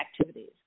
activities